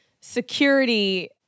security